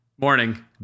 morning